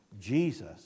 Jesus